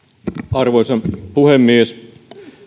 arvoisa puhemies